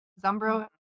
Zumbro